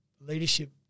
leadership